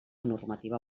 normativa